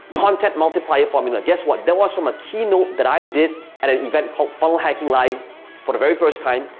content multiplier formula, guess what? that was from a keynote that i did at an event called funnel hacking live for the very first time,